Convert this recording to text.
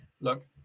Look